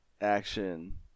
action